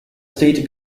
state